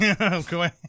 Okay